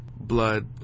blood